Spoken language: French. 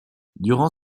durant